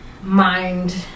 Mind